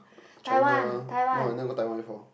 China no I never go Taiwan before